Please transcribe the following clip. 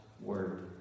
word